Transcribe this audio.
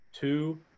two